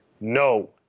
no